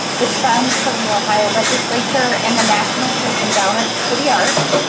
with funds from the ohio legislature and the national but endowment for the arts.